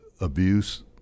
abuse